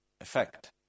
effect